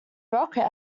rocket